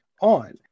on